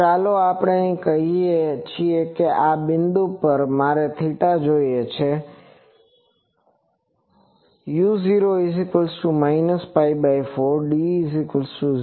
અને ચાલો આપણે કહીએ કે આ બિંદુ પર મારે જોઈએ છે u0 π4 d0